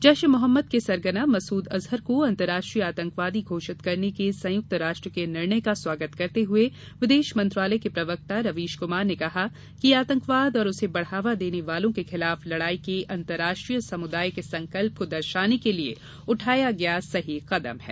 जैश ए मोहम्मद के सरगना मसूद अजहर को अंतर्राष्ट्रीय आतंकवादी घोषित करने के संयुक्त राष्ट्र के निर्णय का स्वागत करते हुए विदेश मंत्रालय के प्रवक्ता रवीश कुमार ने कहा कि यह आतंकवाद और उसे बढ़ावा देने वालों के खिलाफ लड़ाई के अतर्राष्ट्रीय समुदाय के संकल्प को दर्शाने के लिए उठाया गया सही कदम है